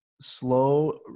slow